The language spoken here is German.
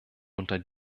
unter